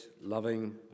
loving